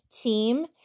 team